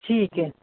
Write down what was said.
ਠੀਕ ਏ